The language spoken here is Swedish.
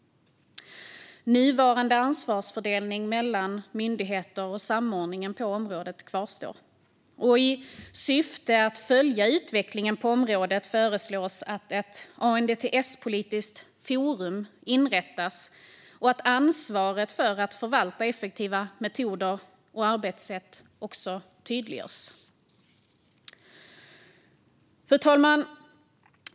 Nuvarande ansvarsfördelning mellan myndigheter och samordningen på området kvarstår. I syfte att följa utvecklingen på området föreslås att ett ANDTS-politiskt forum inrättas och att ansvaret för att förvalta effektiva metoder och arbetssätt också tydliggörs. Fru talman!